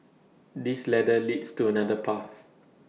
this ladder leads to another path